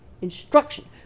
instruction